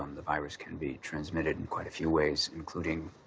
um the virus can be transmitted in quite a few ways including.